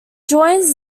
joins